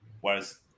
whereas